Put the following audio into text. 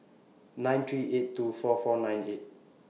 nine three eight two four four nine eight